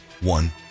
One